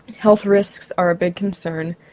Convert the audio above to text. health risks are a big concern,